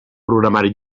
programari